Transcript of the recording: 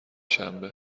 شنبه